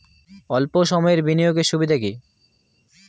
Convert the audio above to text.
অল্প সময়ের বিনিয়োগ এর সুবিধা কি?